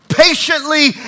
Patiently